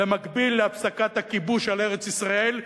במקביל להפסקת הכיבוש על ארץ-ישראל,